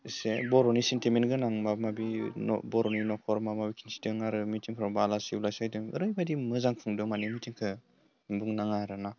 एसे बर'नि सेन्टिमेन्ट गोनां माबा माबि बर'नि न'खर माबा माबि खिथिदों आरो मिटिंफोराव आलासि उलासि फैदों ओरैबायदि मोजां खुंदों माने मिटिंखो बुंनाङा आरो ना